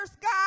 God